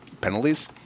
penalties